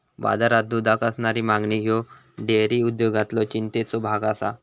बाजारात दुधाक असणारी मागणी ह्यो डेअरी उद्योगातलो चिंतेचो भाग आसा